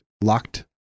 locked